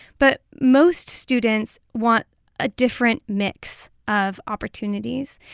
but most students want a different mix of opportunities.